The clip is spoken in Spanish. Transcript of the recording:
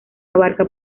abarca